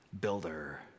builder